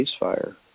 ceasefire